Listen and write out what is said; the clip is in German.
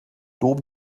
dom